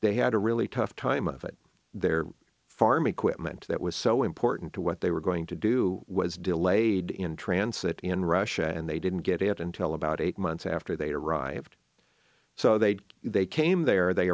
they had a really tough time of it their farm equipment that was so important to what they were going to do was delayed in transit in russia and they didn't get it until about eight months after they arrived so they they came there they